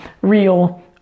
real